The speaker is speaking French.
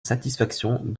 satisfaction